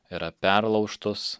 yra perlaužtos